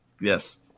Yes